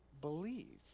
believe